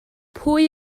pwy